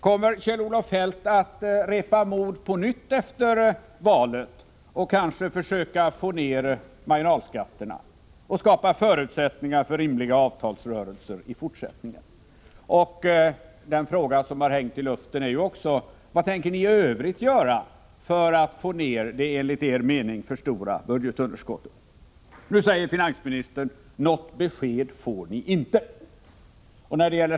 Kommer Kjell-Olof Feldt att repa mod på nytt efter valet och kanske försöka få ned marginalskatterna för att skapa förutsättningar för rimliga avtalsrörelser i fortsättningen? En fråga som hänger i luften är också: Vad tänker ni i övrigt göra för att minska det enligt er mening för stora budgetunderskottet? Nu svarar finansministern att något besked får vi inte.